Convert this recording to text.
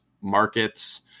markets